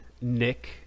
Nick